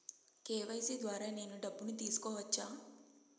KYC ద్వారా నేను డబ్బును తీసుకోవచ్చా?